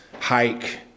hike